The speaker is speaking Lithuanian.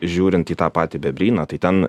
žiūrint į tą patį bebryną tai ten